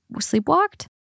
sleepwalked